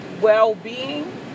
well-being